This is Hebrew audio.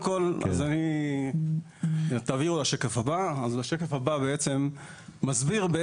השקף הבא מסביר.